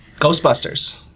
Ghostbusters